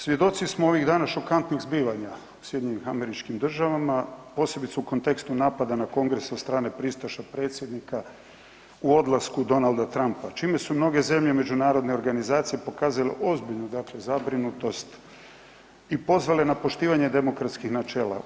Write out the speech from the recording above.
Svjedoci smo ovih dana šokantnih zbivanja u SAD-u, posebice u kontekstu napada na kongres od strane pristaša predsjednika u odlasku Donalda Trumpa, čime su mnoge zemlje međunarodne organizacije pokazale ozbiljnu dakle zabrinutost i pozvale na poštivanje demokratskih načela.